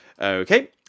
Okay